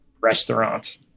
restaurant